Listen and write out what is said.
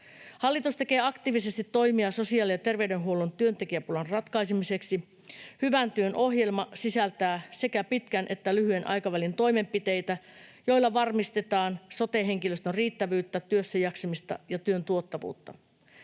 Hallitus tekee aktiivisesti toimia sosiaali- ja terveydenhuollon työntekijäpulan ratkaisemiseksi. Hyvän työn ohjelma sisältää sekä pitkän että lyhyen aikavälin toimenpiteitä, joilla varmistetaan sote-henkilöstön riittävyyttä, työssä jaksamista ja työn tuottavuutta.